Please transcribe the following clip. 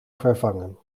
vervangen